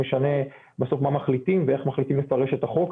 משנה בסוף מה מחליטים ואיך מחליטים לפרש את החוק.